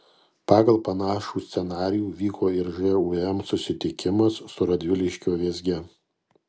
pagal panašų scenarijų vyko ir žūm susitikimas su radviliškio vėzge